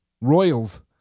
Royals